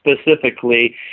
specifically